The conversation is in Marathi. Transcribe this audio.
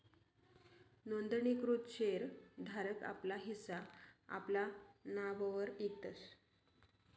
नोंदणीकृत शेर धारक आपला हिस्सा आपला नाववर इकतस